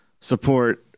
support